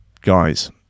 Guys